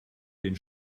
den